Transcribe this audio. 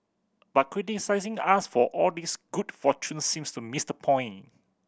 but criticising us for all this good fortune seems to miss the point